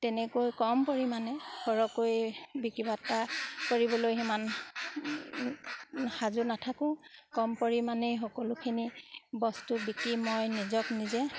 তেনেকৈ কম পৰিমাণে সৰহকৈ বিক্ৰী বাৰ্তা কৰিবলৈ সিমান সাজু নাথাকোঁ কম পৰিমাণে সকলোখিনি বস্তু বিকি মই নিজক নিজে